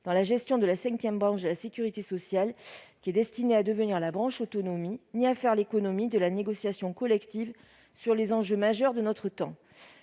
dans la gestion de la cinquième branche de la sécurité sociale qu'est destinée à devenir la branche autonomie ni à faire l'économie de la négociation collective sur les enjeux majeurs de notre temps.